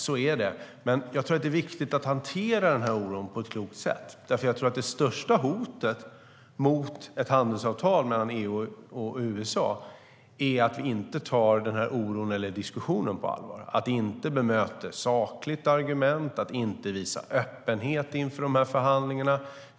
Så är det, men jag tror att det är viktigt att hantera oron på ett klokt sätt. Det största hotet mot ett handelsavtal mellan EU och USA är att vi inte tar oron eller diskussionen på allvar, att vi inte bemöter med sakliga argument och att vi inte visar öppenhet inför förhandlingarna.